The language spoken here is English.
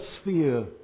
sphere